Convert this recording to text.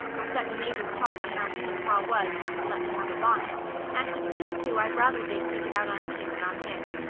or set the neighbours talkin' how mean pa was not to let me have a bonnet and between the two i'd rather they'd take it out on me than on him.